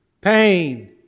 pain